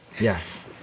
Yes